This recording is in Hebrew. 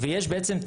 ויש בעצם,